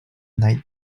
night